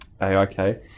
Aik